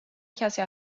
کسی